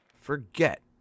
Forget